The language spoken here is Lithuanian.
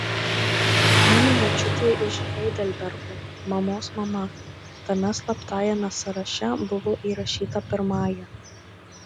mano močiutė iš heidelbergo mamos mama tame slaptajame sąraše buvo įrašyta pirmąja